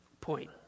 point